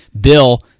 Bill